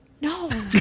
No